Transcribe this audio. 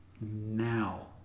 now